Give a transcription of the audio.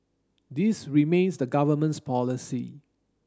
this remains the Government's policy